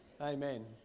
Amen